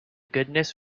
goodness